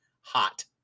hot